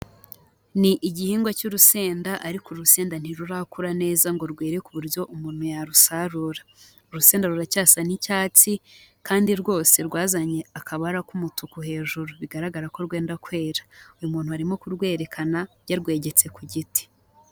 Ni igihingwa cy'urusenda ariko urusenda ntirurakura neza ngo rwerereke k'uburyo umuntu yarusarura, urusenda ruracyasa n'icyatsi kandi rwose rwazanye akabara k'umutuku hejuru bigaragara ko rwenda kwera, uyu muntu arimo kurwerekana yarwegetse ku giti.